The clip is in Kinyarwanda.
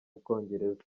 bwongereza